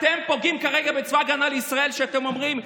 אתם פוגעים כרגע בצבא ההגנה לישראל כשאתם אומרים: